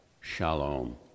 shalom